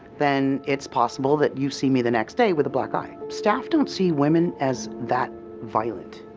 then it's possible that you see me the next day with a black eye. staff don't see women as that violent.